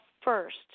first